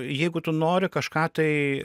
jeigu tu nori kažką tai